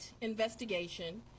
investigation